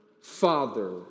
Father